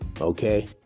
okay